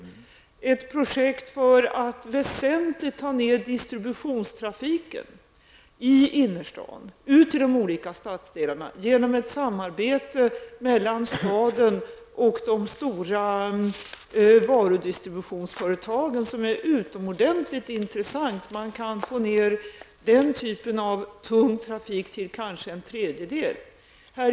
Det finns bl.a. ett projekt för att väsentligt minska distributionstrafiken i innerstaden ut till de olika stadsdelarna med hjälp av ett samarbete mellan staden och de stora varudistributionsföretagen. Projektet är utomordentligt intressant. Det går att minska den typen av tung trafik till kanske en tredjedel.